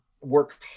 work